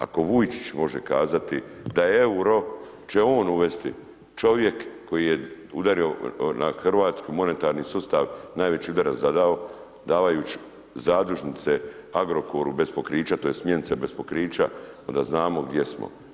Ako Vujičić može kazati da euro će on uvesti, čovjek koji je udario na hrvatski monetarni sustav, najveći udaraca zadao davajući zadužnice Agrokoru bez pokrića, tj. smjernice bez pokrića, onda znamo gdje smo.